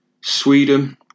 Sweden